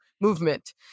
movement